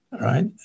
Right